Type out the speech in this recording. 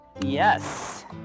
Yes